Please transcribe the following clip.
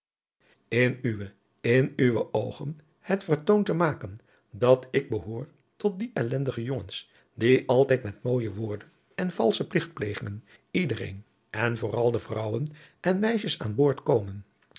in uwe in uwe oogen het vertoon te maken dat ik behoor tot die ellendige jongens die altijd met mooije woorden en valsche pligtplegingen iedereen en vooral de vrouwen en meisjes aan boord komen